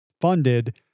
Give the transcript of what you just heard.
funded